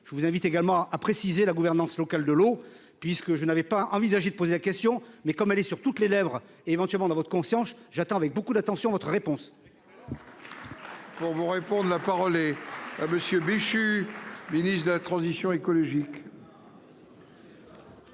je vous invite également à préciser la gouvernance locale de l'eau puisque je n'avais pas envisagé de poser la question mais comme elle est sur toutes les lèvres éventuellement dans votre conscience. J'attends avec beaucoup d'attention votre réponse. Pour vous répondre. La parole est à bord. Monsieur Béchu Ministre de la Transition écologique.